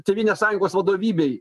tėvynės sąjungos vadovybei